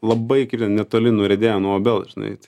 labai netoli nuriedėję nuo obels žinai tai